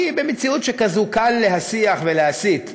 כי במציאות כזאת קל להסיח ולהסית,